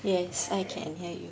yes I can hear you